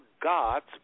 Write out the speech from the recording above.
God's